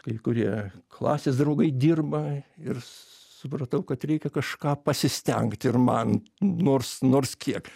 kai kurie klasės draugai dirba ir supratau kad reikia kažką pasistengt ir man nors nors kiek